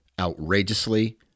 outrageously